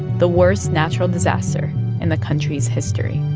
the worst natural disaster in the country's history.